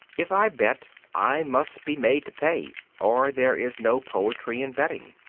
if i bet i must be made to pay, or there is no poetry in betting.